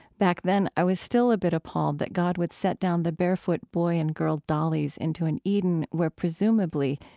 back then i was still a bit appalled that god would set down the barefoot boy and girl dollies into an eden where, presumably,